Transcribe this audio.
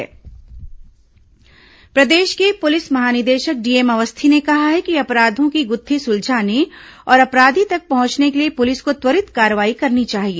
इंद्रधन्ष सम्मान प्रदेश के पुलिस महानिदेशक डीएम अवस्थी ने कहा है कि अपराधों की गुत्थी सुलझाने और अपराधी तक पहुंचने के लिए पुलिस को त्वरित कार्रवाई करनी चाहिए